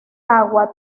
agua